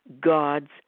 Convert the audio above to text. God's